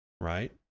right